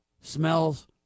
smells